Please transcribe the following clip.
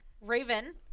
Raven